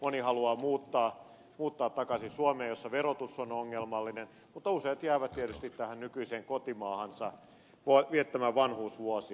moni haluaa muuttaa takaisin suomeen jossa verotus on ongelmallinen mutta useat jäävät tietysti tähän nykyiseen kotimaahansa viettämään vanhuusvuosia